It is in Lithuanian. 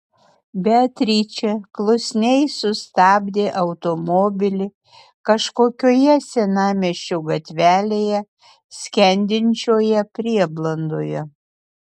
beatričė klusniai sustabdė automobilį kažkokioje senamiesčio gatvelėje skendinčioje prieblandoje